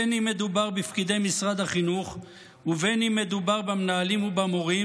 בין שמדובר בפקידי משרד החינוך ובין שמדובר במנהלים ובמורים,